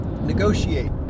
negotiate